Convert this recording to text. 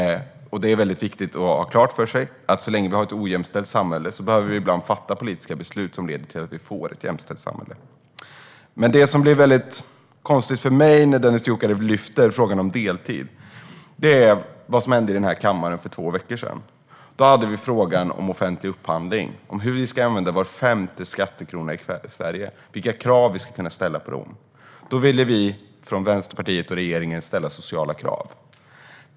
Det är viktigt att ha klart för sig att så länge vi har ett ojämställt samhälle behöver vi ibland fatta politiska beslut som leder till att vi får ett jämställt samhälle. Dennis Dioukarev tar upp frågan om deltid. Det verkar väldigt konstigt mot bakgrund av vad som hände här i kammaren för två veckor sedan, då vi debatterade offentlig upphandling. Det handlade om hur vi ska använda var femte skattekrona i Sverige och vilka krav vi ska kunna ställa. Då ville vi i Vänsterpartiet och regeringen ställa sociala krav.